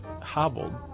Hobbled